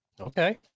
Okay